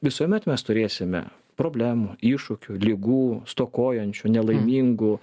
visuomet mes turėsime problemų iššūkių ligų stokojančių nelaimingų